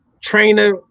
trainer